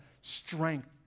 strength